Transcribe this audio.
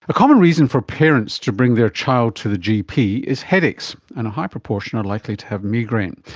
a common reason for parents to bring their child to the gp is headaches, and a high proportion are likely to have migraine.